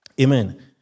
Amen